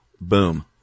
boom